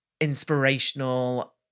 inspirational